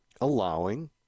allowing